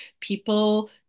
people